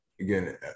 again